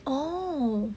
orh